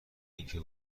اینکه